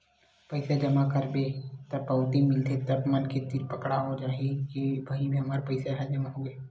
पइसा जमा करबे त पावती मिलथे तब मनखे तीर पकड़ हो जाथे के भई हमर पइसा ह जमा होगे